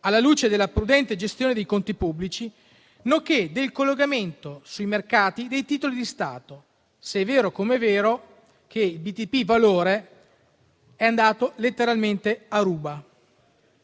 alla luce della prudente gestione dei conti pubblici, nonché del collocamento sui mercati dei titoli di Stato, se è vero, com'è vero, che il BTP valore è andato letteralmente a ruba.